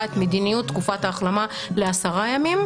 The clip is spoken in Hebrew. את מדיניות תקופת ההחלמה לעשרה ימים,